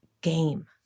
game